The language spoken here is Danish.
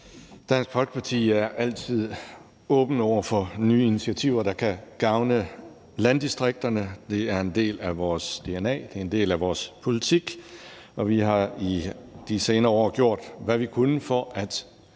Dansk Folkeparti er altid åbne over for nye initiativer, der kan gavne landdistrikterne. Det er en del af vores dna, det er en del af vores politik, og vi har i de senere år gjort, hvad vi kunne, for at